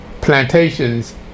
plantations